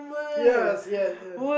yes yes yes